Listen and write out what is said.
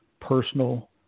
personal